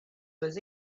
was